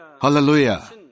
Hallelujah